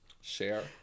Share